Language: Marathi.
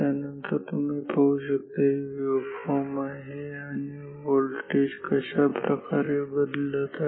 नंतर तुम्ही पाहू शकता ही वेव्हफॉर्म आहे आणि व्होल्टेज कशा प्रकारे बदलत आहे